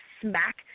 smack